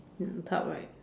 in a tub right